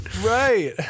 Right